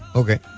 okay